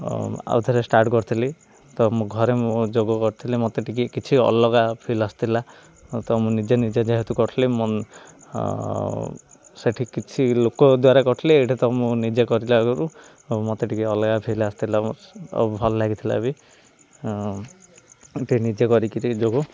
ଆଉ ଥରେ ଷ୍ଟାର୍ଟ କରିଥିଲି ତ ମୁଁ ଘରେ ମୁଁ ଯୋଗ କରିଥିଲି ମୋତେ ଟିକେ କିଛି ଅଲଗା ଫିଲ୍ ଆସିଥିଲା ତ ମୁଁ ନିଜେ ନିଜେ ଯେହେତୁ କରୁଥିଲି ସେଇଠି କିଛି ଲୋକ ଦ୍ୱାରା କରିିଥିଲେ ଏଇଠି ତ ମୁଁ ନିଜେ କରିଲାରୁ ମୋତେ ଟିକେ ଅଲଗା ଫିଲ୍ ଆସିଥିଲା ଆଉ ଭଲ ଲାଗିଥିଲା ବି ଟିକେ ନିଜେ କରିକିରି ଯୋଗ